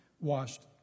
washed